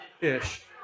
Ish